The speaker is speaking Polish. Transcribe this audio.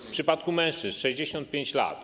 W przypadku mężczyzn to 65 lat.